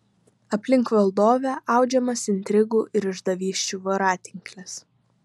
aplink valdovę audžiamas intrigų ir išdavysčių voratinklis